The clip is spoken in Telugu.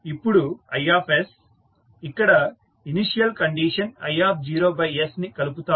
ఇప్పుడు I ఇక్కడ ఇనీషియల్ కండిషన్is ని కలుపుతారు